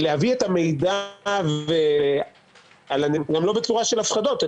להביא את המידע לא בצורה של הפחדות,